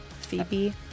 Phoebe